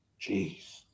Jeez